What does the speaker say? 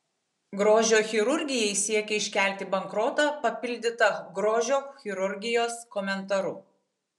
grožio chirurgijai siekia iškelti bankrotą papildyta grožio chirurgijos komentaru